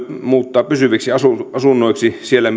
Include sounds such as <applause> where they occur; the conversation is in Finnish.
muuttaa pysyviksi asunnoiksi siellä <unintelligible>